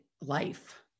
life